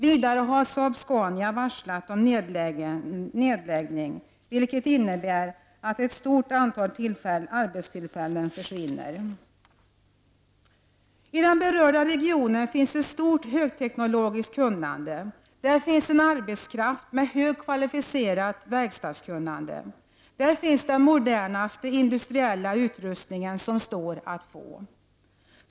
Vidare har Saab-Scania varslat om nedläggning, vilket innebär att ett stort antal arbetstillfällen kommer att försvinna. I den berörda regionen finns det ett högteknologiskt kunnande. Där finns arbetskraft med mycket kvalificerat verkstadskunnande. Där finns också den modernaste industriella utrustning som står att få.